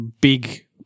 big